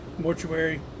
mortuary